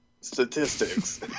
Statistics